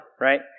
Right